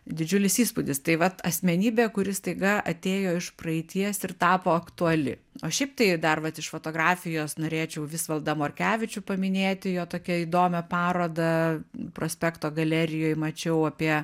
didžiulis įspūdis tai vat asmenybė kuri staiga atėjo iš praeities ir tapo aktuali o šiaip tai dar vat iš fotografijos norėčiau visvaldą morkevičių paminėti jo tokia įdomią parodą prospekto galerijoj mačiau apie